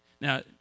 Now